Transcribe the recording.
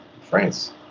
France